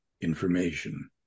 information